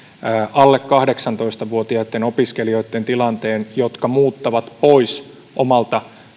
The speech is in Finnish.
alle kahdeksantoista vuotiaitten opiskelijoitten tilanteen jotka muuttavat pois omalta